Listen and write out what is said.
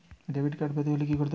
Debit card পেতে হলে কি করতে হবে?